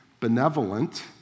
benevolent